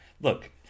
look